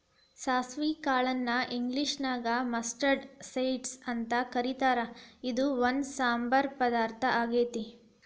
ಸಾಸವಿ ಕಾಳನ್ನ ಇಂಗ್ಲೇಷನ್ಯಾಗ ಮಸ್ಟರ್ಡ್ ಸೇಡ್ಸ್ ಅಂತ ಕರೇತಾರ, ಇದು ಒಂದ್ ಸಾಂಬಾರ್ ಪದಾರ್ಥ ಆಗೇತಿ